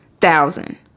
thousand